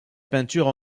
peinture